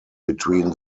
between